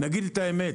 זו האמת.